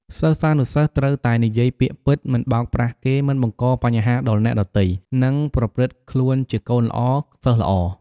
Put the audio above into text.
សិស្សានុសិស្សត្រូវតែនិយាយពាក្យពិត មិនបោកប្រាស់គេ មិនបង្កបញ្ហាដល់អ្នកដទៃ និងប្រព្រឹត្តខ្លួនជាកូនល្អ សិស្សល្អ។